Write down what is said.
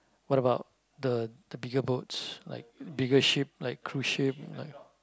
what about the the bigger boats like bigger ship like cruise ship